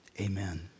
Amen